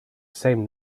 same